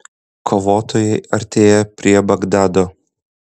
kovotojai artėja prie bagdado